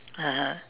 (uh huh)